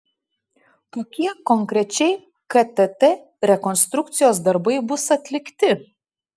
kokie konkrečiai ktt rekonstrukcijos darbai bus atlikti